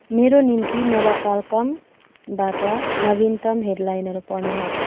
मेरो निम्ति नवकालकमबाट नवीनतम हेडलाइनहरू पढ्नुहोस्